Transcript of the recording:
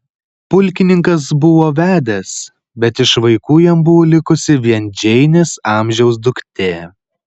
pulkininkas buvo vedęs bet iš vaikų jam buvo likusi vien džeinės amžiaus duktė